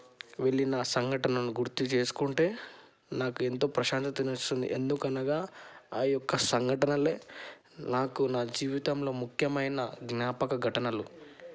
వెళ్ళి నా సంఘటనను గుర్తు చేసుకుంటే నాకు ఎంతో ప్రశాంతతను ఇస్తుంది ఎందుకనగా ఆ యొక్క సంఘటనలు నాకు నా జీవితంలో ముఖ్యమైన జ్ఞాపక ఘటనలు